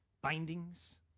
bindings